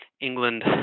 England